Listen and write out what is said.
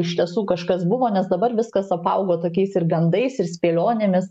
iš tiesų kažkas buvo nes dabar viskas apaugo tokiais ir gandais ir spėlionėmis